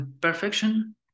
perfection